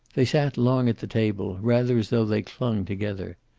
they sat long at the table, rather as though they clung together.